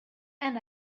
and